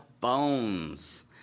bones